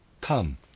Come